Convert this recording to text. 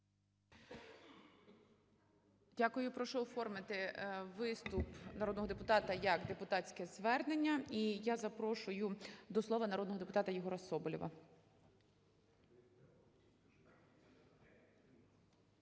Дякую. Прошу оформити виступ народного депутата як депутатське звернення. І я запрошую до слова народного депутата Єгора Соболєва.